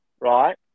right